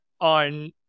on